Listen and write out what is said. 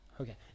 Okay